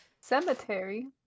Cemetery